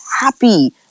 happy